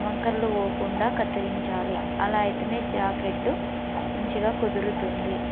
వంకర్లు పోకుండా కత్తిరించాలి అలా అయితేనే జాకెట్టు మంచిగా కుదురుతుంది